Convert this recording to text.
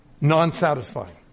non-satisfying